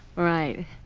right.